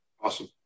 Awesome